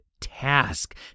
task